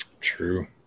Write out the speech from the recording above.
True